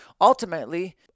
ultimately